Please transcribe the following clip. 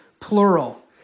plural